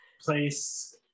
place